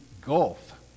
gulf